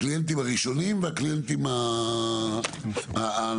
הקליינטים הראשונים והקליינטים הקיימים